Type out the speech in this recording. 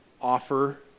offer